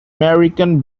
american